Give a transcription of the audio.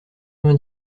vingt